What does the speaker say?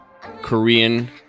Korean